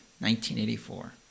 1984